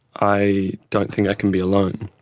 i don't think i can be alone.